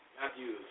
Matthews